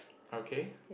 okay